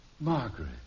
Margaret